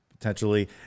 Potentially